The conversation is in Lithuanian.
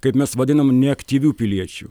kaip mes vadinam neaktyvių piliečių